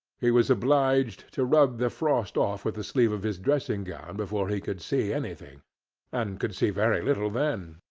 he was obliged to rub the frost off with the sleeve of his dressing-gown before he could see anything and could see very little then.